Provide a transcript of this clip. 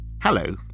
Hello